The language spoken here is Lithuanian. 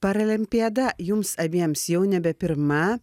paralimpiada jums abiems jau nebe pirma